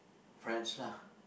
friends lah